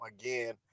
again